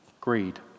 greed